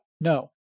No